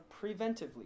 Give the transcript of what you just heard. preventively